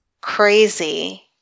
crazy